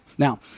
Now